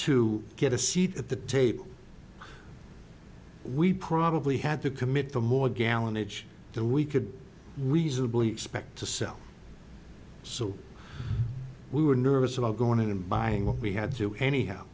to get a seat at the table we probably had to commit to more gallonage so we could reasonably expect to sell so we were nervous about going in and buying what we had to anyhow